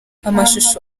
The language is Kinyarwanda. amashusho